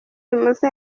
musa